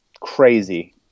crazy